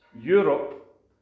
Europe